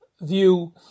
view